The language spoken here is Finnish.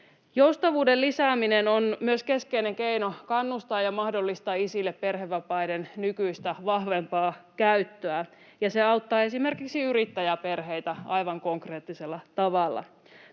Joustavuuden lisääminen on myös keskeinen keino kannustaa ja mahdollistaa isille perhevapaiden nykyistä vahvempaa käyttöä, ja se auttaa esimerkiksi yrittäjäperheitä aivan konkreettisella tavalla.